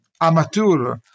amateur